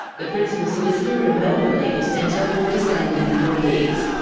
the principal solicitor at a melbourne legal centre for disabled employees.